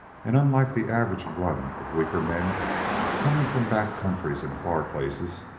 and unlike the average run of weaker men coming from back countries and far places,